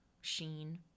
Sheen